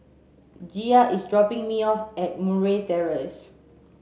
Gia is dropping me off at Murray Terrace